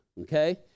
okay